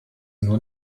nur